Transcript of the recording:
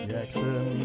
Jackson